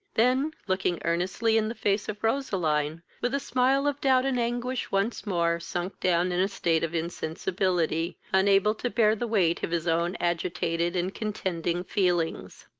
then, looking earnestly in the face of roseline, with a smile of doubt and anguish once more sunk down in a state of insensibility, unable to bear the weight of his own agitated and contending feelings.